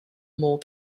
more